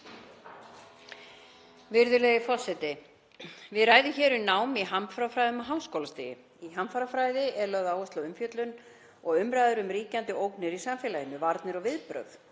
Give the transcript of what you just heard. Virðulegi forseti. Við ræðum hér um nám í hamfarafræðum á háskólastigi. Í hamfarafræði er lögð áhersla á umfjöllun og umræður um ríkjandi ógnir í samfélaginu, varnir og viðbrögð.